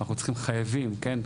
אנחנו צריכים, חייבים, כן?